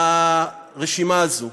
ברשימה הזאת.